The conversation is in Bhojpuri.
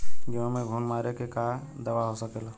गेहूँ में घुन मारे के का दवा हो सकेला?